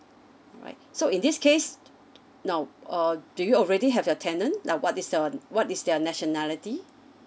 alright so in this case now uh do you already have your tenant now what is your what is their nationality